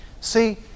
See